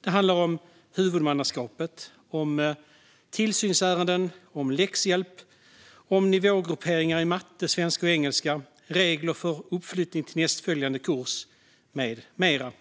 Det handlar om huvudmannaskapet, tillsynsärenden, läxhjälp, nivågrupperingar i matte, svenska och engelska, regler för uppflyttning till nästföljande årskurs med mera.